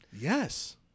Yes